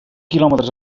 quilòmetres